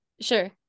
Sure